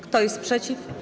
Kto jest przeciw?